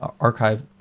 archive